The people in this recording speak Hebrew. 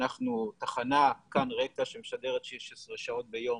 אנחנו תחנה 'כאן רקע' שמשדרת 16 שעות ביום